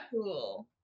cool